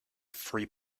free